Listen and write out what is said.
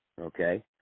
Okay